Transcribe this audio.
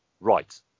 right